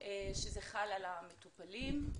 שזה חל על המטופלים,